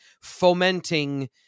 fomenting